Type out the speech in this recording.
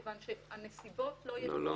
כיוון שהנסיבות לא ידועות ולא יכולות להיות ידועות.